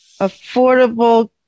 Affordable